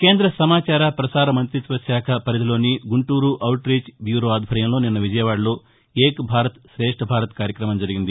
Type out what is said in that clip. కేంద్ర సమాచార పసార మంత్రిత్వ శాఖ పరిధిలోని గుంటూరు ఔట్ రీచ్ బ్యూరో ఆధ్వర్యంలో నిన్న విజయవాదలో ఏక్ భారత్ రేష్ణ్ భారత్ కార్యక్రమం జరిగింది